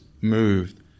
moved